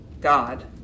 God